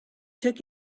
took